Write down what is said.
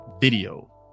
video